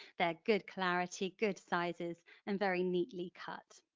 they're good clarity, good sizes and very neatly cut.